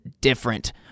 different